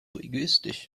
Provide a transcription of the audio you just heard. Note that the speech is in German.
egoistisch